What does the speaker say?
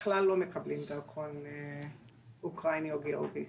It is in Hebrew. בכלל לא מקבלים דרכון אוקראיני או גיאורגי.